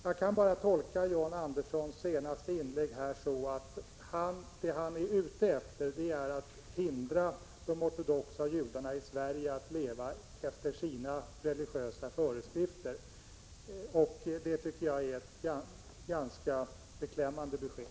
Jag kan bara tolka John Anderssons senaste inlägg så att han är ute efter att hindra de ortodoxa judarna i Sverige från att leva efter sina religiösa föreskrifter. Det är ett ganska beklämmande besked.